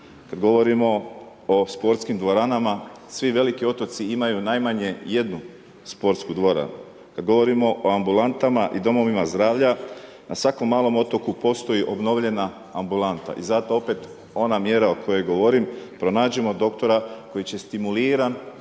Kad govorimo o sportskim dvoranama, svi veliki otoci imaju najmanje jednu sportsku dvoranu. Kad govorimo o ambulantama i domovima zdravlja, na svakom malom otoku postoji obnovljena ambulanta i zato opet ona mjera o kojoj govorim, pronađimo doktora koji će stimuliran,